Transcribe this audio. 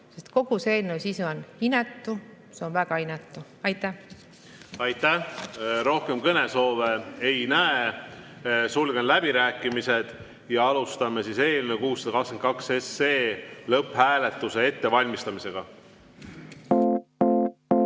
sest kogu selle eelnõu sisu on inetu. See on väga inetu. Aitäh! Aitäh! Rohkem kõnesoove ei näe. Sulgen läbirääkimised ja alustame eelnõu 622 lõpphääletuse ettevalmistamist. Head